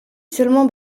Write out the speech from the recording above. seulement